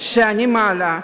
שאני מעלה.